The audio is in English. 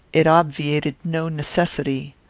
it obviated no necessity.